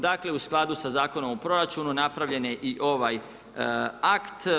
Dakle, u skladu sa Zakonom o proračunu napravljen je i ovaj akt.